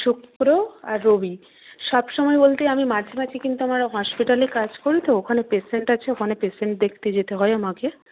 শুক্র আর রবি সবসময় বলতে আমি মাঝে মাঝে কিন্তু আমার হসপিটালে কাজ করি তো ওখানে পেশেন্ট আছে ওখানে পেশেন্ট দেখতে যেতে হয় আমাকে